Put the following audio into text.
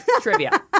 trivia